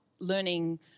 learning